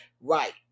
right